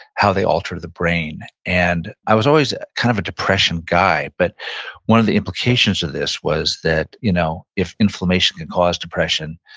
how they alter the brain and i was always kind of a depression guy, but one of the implications to this was that you know if inflammation can cause depression,